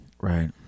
Right